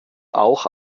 auch